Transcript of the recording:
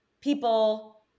people